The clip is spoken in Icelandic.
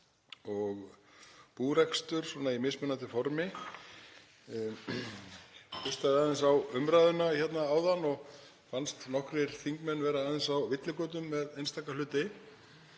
og búrekstur í mismunandi formi. Ég hlustaði aðeins á umræðuna hérna áðan og fannst nokkrir þingmenn vera aðeins á villigötum með einstaka hluti.